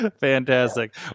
Fantastic